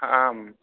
आम्